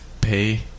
pay